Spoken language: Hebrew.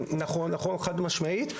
חד משמעית.